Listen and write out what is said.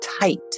tight